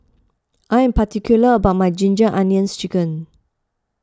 I am particular about my Ginger Onions Chicken